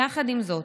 יחד עם זאת,